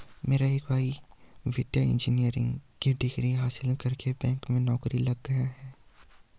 मेरा एक भाई वित्तीय इंजीनियरिंग की डिग्री हासिल करके बैंक में नौकरी लग गया है